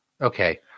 Okay